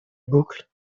boucle